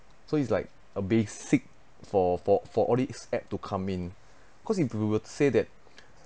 so it's like a basic for for for all these act to come in cause if we were to say that